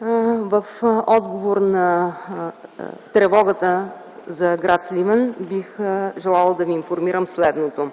В отговор на тревогата за гр. Сливен бих желала да ви информирам следното.